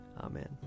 Amen